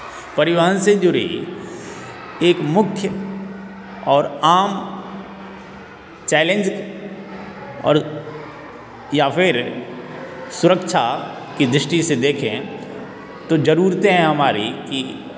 परिवहन से जुड़ी एक मुख्य और आम चैलेंज और या फिर सुरक्षा की दृष्टि से देखें तो ज़रूरतें है हमारी कि